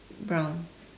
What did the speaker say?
brown